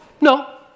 No